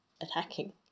attacking